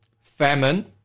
famine